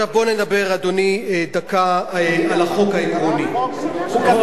דרך אגב, זה לא